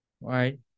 right